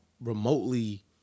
remotely